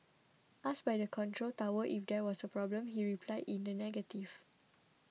asked by the control tower if there was a problem he replied in the negative